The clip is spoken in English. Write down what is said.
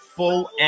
full